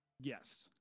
Yes